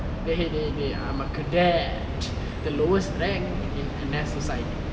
டெய் டெய் டெய்:dei dei dei I'm a cadet the lowest rank in N_S society